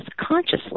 consciously